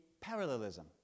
parallelism